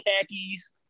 khakis